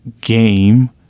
game